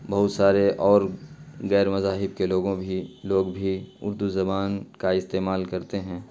بہت سارے اور غیر مذاہب کے لوگوں بھی لوگ بھی اردو زبان کا استعمال کرتے ہیں